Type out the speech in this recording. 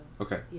Okay